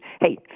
Hey